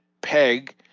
peg